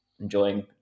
enjoying